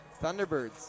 thunderbirds